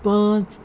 پانٛژھ